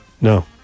No